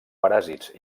paràsits